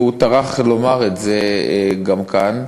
והוא טרח לומר את זה גם כאן,